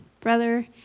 Brother